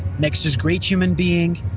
next is great human being,